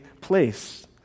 place